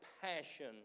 passion